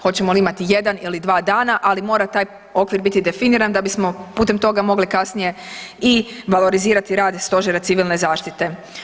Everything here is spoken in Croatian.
Hoćemo li imati jedan ili dva dana, ali mora taj okvir biti definiran da bismo putem toga mogli kasnije i valorizirati rad stožera civilne zaštite.